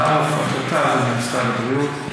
ההחלטה היא במשרד הבריאות.